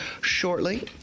shortly